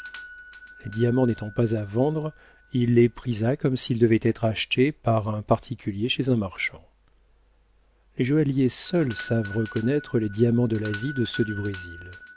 les diamants n'étant pas à vendre il les prisa comme s'ils devaient être achetés par un particulier chez un marchand les joailliers seuls savent reconnaître les diamants de l'asie de ceux du brésil